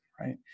right